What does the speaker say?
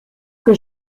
que